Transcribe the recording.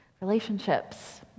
relationships